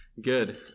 good